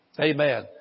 Amen